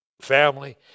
family